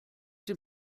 dem